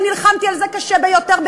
ונלחמתי על זה קשה ביותר,